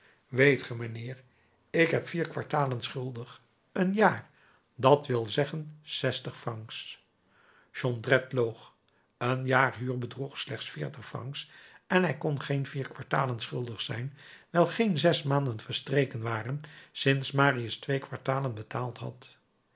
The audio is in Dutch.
ge mijnheer ik ben vier kwartalen schuldig een jaar dat wil zeggen zestig francs jondrette loog een jaar huur bedroeg slechts veertig francs en hij kon geen vier kwartalen schuldig zijn wijl geen zes maanden verstreken waren sinds marius twee kwartalen betaald had